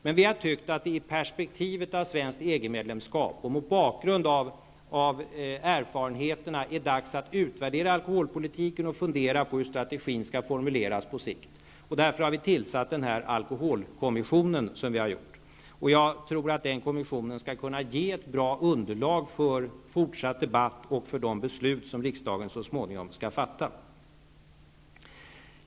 Men vi har tyckt att det i perspektivet av svenskt EG medlemskap och mot bakgrund av erfarenheterna är dags att utvärdera alkoholpolitiken och fundera över hur strategin skall formuleras på sikt. Vi har därför tillsatt en särskild alkoholkommission. Jag tror att den kommissionen skall kunna ge ett bra underlag för fortsatt debatt och för de beslut som riksdagen så småningom skall fatta.